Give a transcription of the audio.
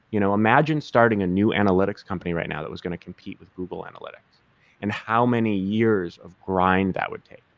you know imagine starting a new analytics company right now that was going to compete with google analytics and how many years of grind that would take,